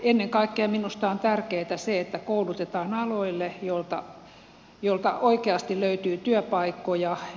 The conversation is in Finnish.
ennen kaikkea minusta on tärkeätä se että koulutetaan aloille joilta oikeasti löytyy työpaikkoja